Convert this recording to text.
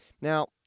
Now